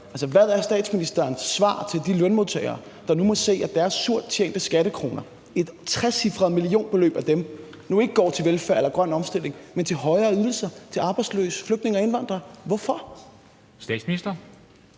Hvad er statsministerens svar til de lønmodtagere, der nu må se, at et trecifret millionbeløb af deres surt tjente skattekroner nu ikke går til velfærd eller grøn omstilling, men til højere ydelser til arbejdsløse flygtninge og indvandrere? Kl.